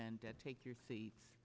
and take your seat